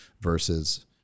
versus